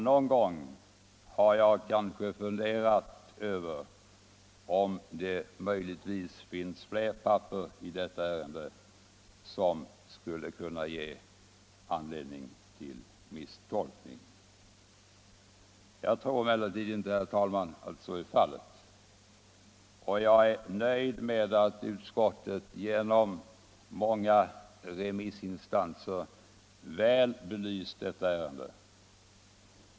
Någon gång har jag kanske funderat över om det möjligtvis finns fler papper i detta ärende som skulle kunna ge anledning till misstolkning. Jag tror emellertid inte, herr talman, att så är fallet. Jag är nöjd med att utskottet genom många remissinstanser väl belyst detta ärende.